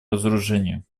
разоружению